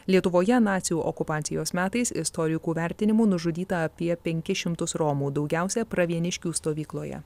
lietuvoje nacių okupacijos metais istorikų vertinimu nužudyta apie penki šimtus romų daugiausia pravieniškių stovykloje